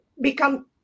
become